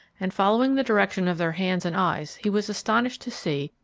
and following the direction of their hands and eyes he was astonished to see,